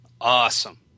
Awesome